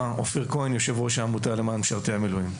יו"ר העמותה למען משרתי המילואים.